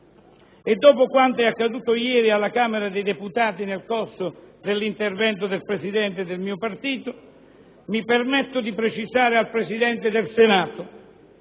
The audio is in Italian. e dopo quanto accaduto ieri alla Camera dei deputati nel corso dell'intervento del Presidente del mio partito, mi permetto di precisare al Presidente del Senato,